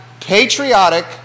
patriotic